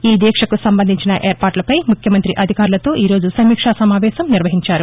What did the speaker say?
ఈ దీక్షకు సంబంధించిన ఏర్పాట్లపై ముఖ్యంత్రి అధికారులతో ఈరోజు సమీక్షా సమావేశం నిర్వహించారు